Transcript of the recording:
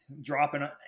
dropping